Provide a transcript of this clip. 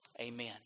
Amen